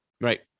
Right